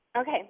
Okay